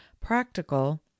practical